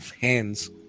hands